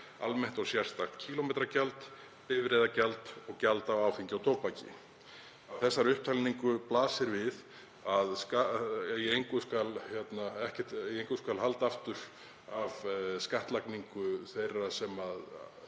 almennt og sérstakt kílómetragjald, bifreiðagjald og gjald á áfengi og tóbaki. Af þessari upptalningu blasir við að í engu skal haldið aftur af skattlagningu þeirra sem